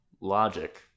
logic